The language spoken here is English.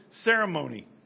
ceremony